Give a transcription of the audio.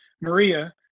Maria